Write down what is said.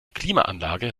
klimaanlage